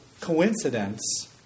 coincidence